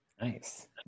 Nice